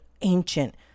ancient